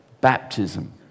Baptism